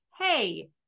hey